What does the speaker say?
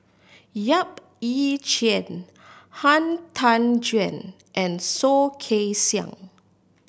Yap Ee Chian Han Tan Juan and Soh Kay Siang